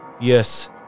Yes